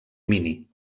mini